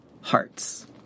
hearts